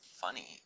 funny